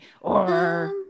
or-